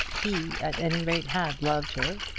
he, at any rate, had loved her,